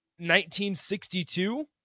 1962